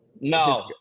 No